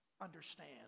understand